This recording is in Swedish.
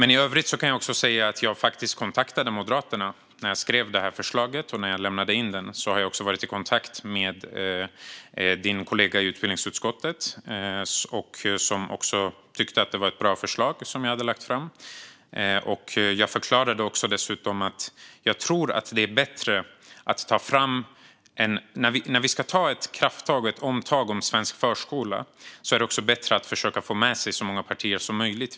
I övrigt kan jag säga att jag kontaktade Moderaterna när jag skrev förslaget och lämnade in det. Jag har också varit i kontakt med din kollega i utbildningsutskottet som också tyckte att det var ett bra förslag som jag hade lagt fram. Jag förklarade dessutom att jag tror att när vi ska ta ett krafttag och ett omtag om svensk förskola är det bättre att försöka få med sig så många partier som möjligt.